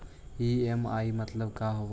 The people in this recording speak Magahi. ई.एम.आई मतलब का होब हइ?